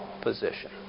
position